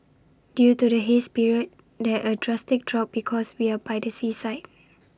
due to the haze period there A drastic drop because we are by the seaside